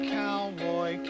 cowboy